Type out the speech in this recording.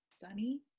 Sunny